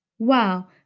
Wow